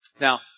Now